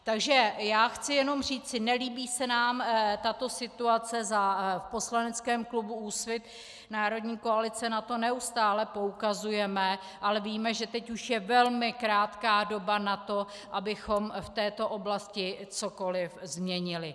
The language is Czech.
Takže chci jenom říci, nelíbí se nám tato situace, v poslaneckém klubu Úsvit Národní koalice na to neustále poukazujeme, ale víme, že teď už je velmi krátká doba na to, abychom v této oblasti cokoli změnili.